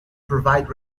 provide